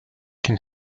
can